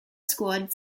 squad